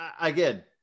again